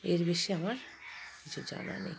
এর বেশি আমার কিছু জানা নেই